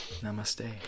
Namaste